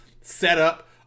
setup